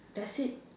that's it